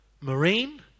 marine